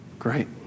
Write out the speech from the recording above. Great